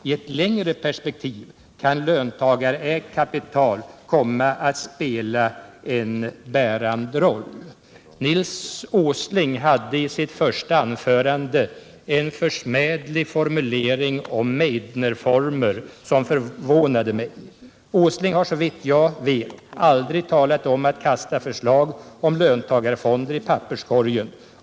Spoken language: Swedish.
I ett längre perspektiv kan löntagarägt kapital komma att spela en bärande roll. Nils Åsling hade i sitt första anförande en försmädlig formulering om Meidnerfonder som förvånade mig. Nils Åsling har såvitt jag vet aldrig talat om att kasta förslag om löntagarfonder i papperskorgen.